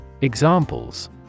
Examples